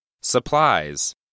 Supplies